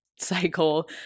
cycle